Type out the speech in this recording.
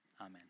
Amen